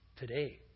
Today